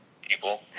people